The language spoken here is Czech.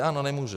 Ano, nemůžu.